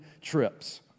trips